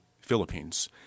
Philippines